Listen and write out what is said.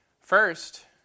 First